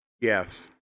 Yes